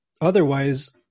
otherwise